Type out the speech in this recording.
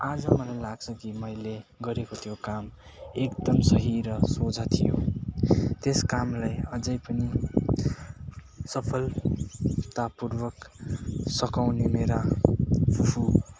आज मलाई लाग्छ कि मैले गरेको त्यो काम एकदम सही र सोझा थियो त्यस कामलाई अझै पनि सफलतापूर्वक सघाउने मेरा फुपू